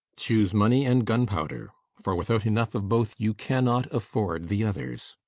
choose money and gunpowder for without enough of both you cannot afford the others.